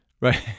right